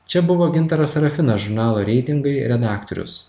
čia buvo gintaras sarafinas žurnalo reitingai redaktorius